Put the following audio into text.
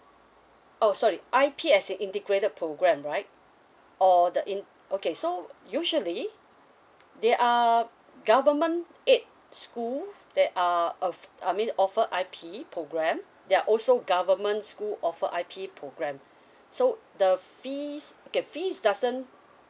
oh sorry I_P as the integrated program right or the in~ okay so usually they are government aided school that are of~ I mean offer I_P program they are also government school offer I_P program so the fees okay fees doesn't